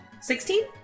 Sixteen